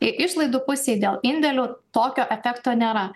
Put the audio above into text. išlaidų pusėj dėl indėlių tokio efekto nėra